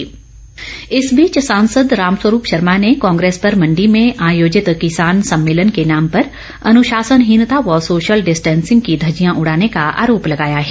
रामस्वरूप सांसद रामस्वरूप शर्मा ने कांग्रेस पर मंडी में आयोजित किसान सम्मेलन के नाम पर अनुशासनहीनता व सोशल डिस्टेंसिंग की घज्जियां उड़ाने का आरोप लगाया है